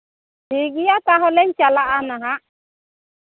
ᱴᱷᱤᱠ ᱜᱮᱭᱟ ᱛᱟᱦᱚᱞᱮᱧ ᱪᱟᱞᱟᱜᱼᱟ ᱱᱟᱦᱟᱜ